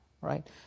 right